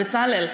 בצלאל.